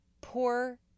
poor